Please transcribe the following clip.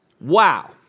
Wow